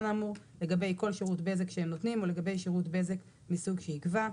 האמור לגבי כל שירות בזק שהם נותנים או לגבי שירות בזק מסוג שיקבע: